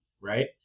right